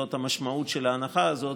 זאת המשמעות של ההנחה הזאת,